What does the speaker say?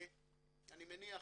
אני מניח,